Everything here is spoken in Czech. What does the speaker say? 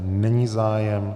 Není zájem.